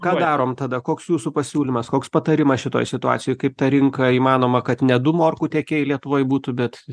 ką darom tada koks jūsų pasiūlymas koks patarimas šitoj situacijoj kaip tą rinką įmanoma kad ne du morkų tiekėjai lietuvoj būtų bet